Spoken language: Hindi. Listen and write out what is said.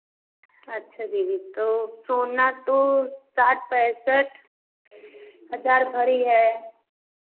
अच्छा दीदी तो सोमनाथ तो साठ पैंसठ हज़ार घड़ी है